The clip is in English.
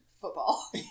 football